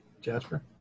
Jasper